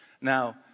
Now